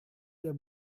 der